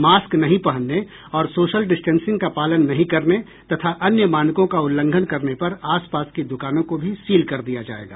mask नहीं पहनने और सोशल डिस्टेंसिंग का पालन नहीं करने तथा अन्य मानकों का उल्लंघन करने पर आसपास की दुकानों को भी सील कर दिया जायेगा